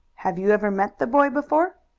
have you ever met the boy before?